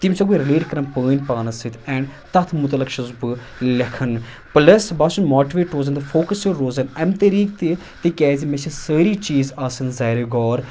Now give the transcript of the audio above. تِم چھِسَک بہٕ رِلیٹ کَران پٲنۍ پانَس سۭتۍ اینڈ تَتھ متعلق چھُس بہٕ لٮ۪کھان پٔلَس بہٕ چُھس ماٹِویٹ روزان فوکَسڈ روزان اَمہِ طریٖق تہِ تِکیازِ مےٚ چھِ سٲری چیٖز آسان زارِ غور